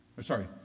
sorry